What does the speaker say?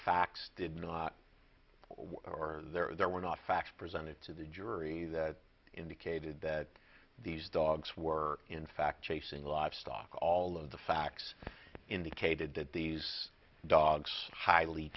facts did not or there were not facts presented to the jury that indicated that these dogs were in fact chasing livestock all of the facts indicated that these dogs highly